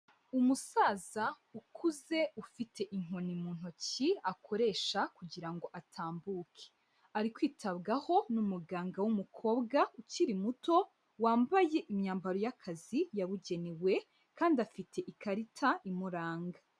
Umusaza ukuze ufite inkoni mu ntoki akoresha kugira ngo atambuke, ari kwitabwaho n'umuganga w'umukobwa ukiri muto, wambaye imyambaro y'akazi yabugenewe kandi afite ikarita imuranga.